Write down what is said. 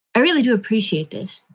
i really do appreciate this.